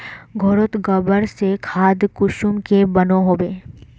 घोरोत गबर से खाद कुंसम के बनो होबे?